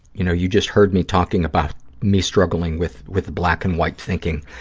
you know, you just heard me talking about me struggling with with black-and-white thinking.